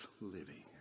living